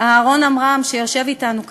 אהרן עמרם, שיושב אתנו כאן,